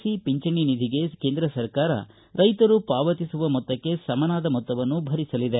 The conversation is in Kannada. ಸಿ ಪಿಂಚಣಿ ನಿಧಿಗೆ ಕೇಂದ್ರ ಸರ್ಕಾರ ರೈತರು ಪಾವತಿಸುವ ಮೊತ್ತಕ್ಕೆ ಸಮನಾದ ಮೊತ್ತವನ್ನು ಭರಿಸಲಿದೆ